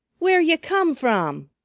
where ye come from?